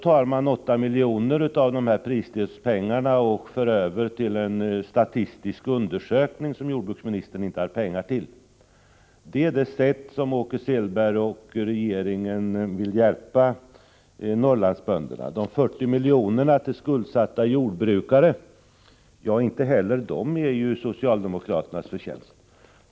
Man tar 8 milj.kr. av prisstödspengarna och för över dem till en statistisk undersökning som jordbruksministern inte har pengar till. Det är det sätt på vilket Åke Selberg och regeringen vill hjälpa Norrlandsbönderna. De 40 miljonerna till skuldsatta jordbrukare är inte heller socialdemokraternas förtjänst.